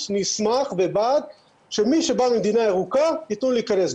נשמח שמי שבא ממדינה ירוקה ייתנו לו להיכנס,